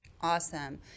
Awesome